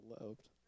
loved